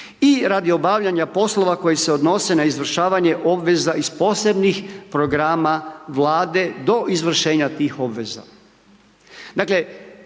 i radi obavljanja poslova koji se odnose na izvršavanje obveza iz Posebnih programa Vlade do izvršenja tih obveza.